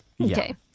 Okay